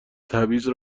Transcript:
تبعیض